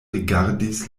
rigardis